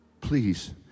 please